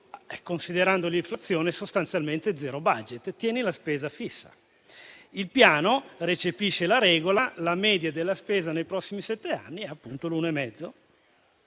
considerando l'inflazione, sostanzialmente zero *budget*, tieni la spesa fissa. Il Piano recepisce la regola: la media della spesa nei prossimi sette anni è appunto l'uno e mezzo.